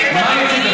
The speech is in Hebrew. מה?